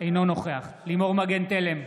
אינו נוכח לימור מגן תלם,